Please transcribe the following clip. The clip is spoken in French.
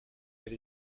elle